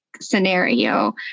scenario